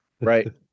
Right